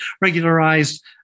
regularized